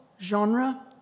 genre